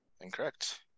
Incorrect